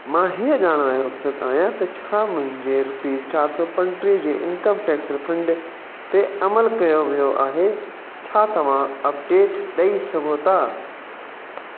मां हीअ ॼाणण लाइ उत्सुक आहियां त छा मुंहिंजे रुपीस चारि सौ पंटीह जे इनकम टैक्स रिफंड ते अमल कयो वियो आहे छा तव्हां अपडेट ॾेई सघो था